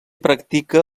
practica